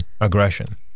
aggression